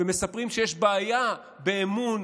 מספרים שיש בעיה באמון